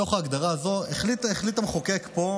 בתוך ההגדרה הזאת החליט המחוקק פה,